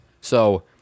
So-